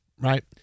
right